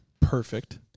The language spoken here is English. Perfect